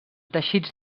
teixits